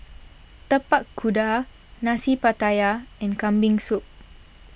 Tapak Kuda Nasi Pattaya and Kambing Soup